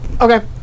Okay